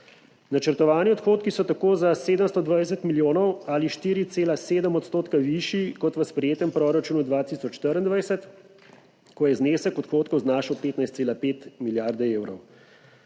Načrtovani odhodki so tako za 720 milijonov ali 4,7 % višji kot v sprejetem proračunu 2024, ko je znesek odhodkov znašal 15,5 milijarde evrov.